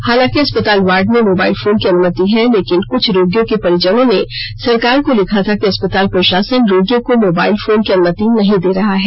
हालांकि अस्पताल वार्ड में मोबाइल फोन की अनुमति है लेकिन क्छ रोगियों के परिजनों ने सरकार को लिखा था कि अस्पताल प्रशासन रोगियों को मोबाइल फोन की अनुमति नहीं दे रहा है